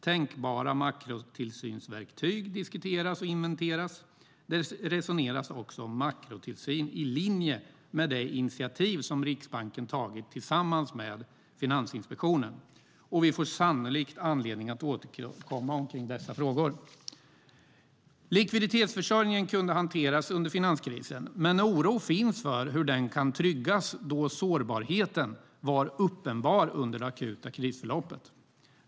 Tänkbara makrotillsynsverktyg diskuteras och inventeras, och det resoneras om makrotillsyn i linje med det initiativ som Riksbanken har tagit tillsammans med Finansinspektionen. Vi får sannolikt anledning att återkomma kring dessa frågor. Likviditetsförsörjning kunde hanteras under finanskrisen, men oro finns för hur den kan tryggas då sårbarheten var uppenbar under det akuta krisförloppet.